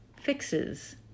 fixes